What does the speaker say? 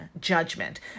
Judgment